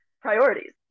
Priorities